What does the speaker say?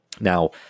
Now